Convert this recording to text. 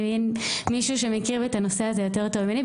אין מישהו שמכיר את הנושא הזה יותר טוב ממני,